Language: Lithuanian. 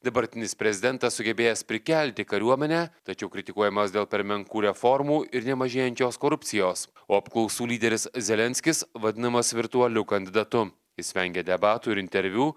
dabartinis prezidentas sugebėjęs prikelti kariuomenę tačiau kritikuojamas dėl per menkų reformų ir nemažėjančios korupcijos o apklausų lyderis zelenskis vadinamas virtualiu kandidatu jis vengia debatų ir interviu